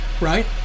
Right